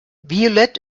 violett